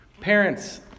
Parents